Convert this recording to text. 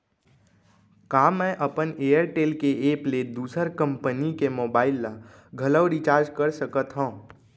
का मैं अपन एयरटेल के एप ले दूसर कंपनी के मोबाइल ला घलव रिचार्ज कर सकत हव?